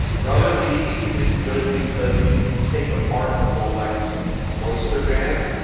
rubber b is good because you take apart the rolex oyster band,